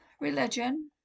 Religion